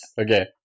Okay